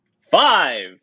Five